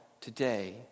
today